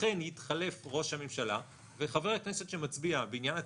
אכן יתחלף ראש הממשלה וחבר כנסת שמצביע בעניין התקציב,